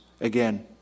again